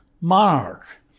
monarch